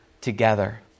together